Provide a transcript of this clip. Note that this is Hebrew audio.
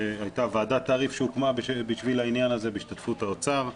הייתה ועדת תעריף שהוקמה בשביל העניין הזה בהשתתפות האוצר.